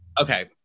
Okay